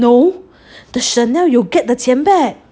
no the Chanel you get the 钱 back